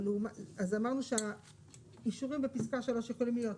אז אמרנו שהאישורים בפסקה 3 יכולים להיות,